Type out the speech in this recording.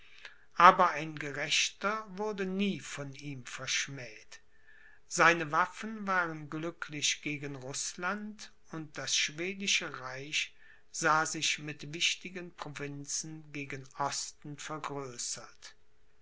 aber ein gerechter wurde nie von ihm verschmäht seine waffen waren glücklich gegen rußland und das schwedische reich sah sich mit wichtigen provinzen gegen osten vergrößert